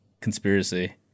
conspiracy